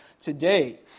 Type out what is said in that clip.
today